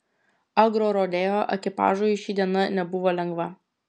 agrorodeo ekipažui ši diena nebuvo lengva